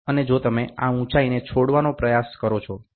અને જો તમે આ ઉંચાઇને છોડવાનો પ્રયાસ કરો છો તો આ 86